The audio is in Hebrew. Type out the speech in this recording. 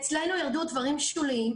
אצלנו ירדו דברים שוליים,